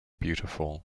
beautiful